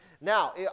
Now